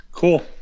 cool